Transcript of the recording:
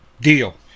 Deal